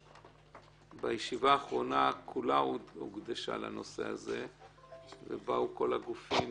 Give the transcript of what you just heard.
הישיבה האחרונה כולה הוקדשה לנושא הזה ובאו כל הגופים